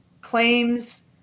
Claims